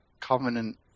Covenant